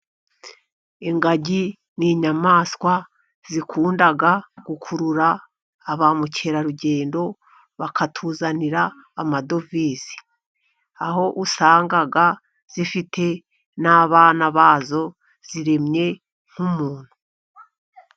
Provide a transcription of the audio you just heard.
Ingagi ni inyamaswa zikunda gukurura ba mukerarugendo bakatuzanira amadovize, aho usanga zifite n'abana bazo. Ziremye nk'umuntu.